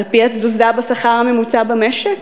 על-פי התזוזה בשכר הממוצע במשק?